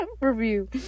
review